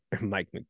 Mike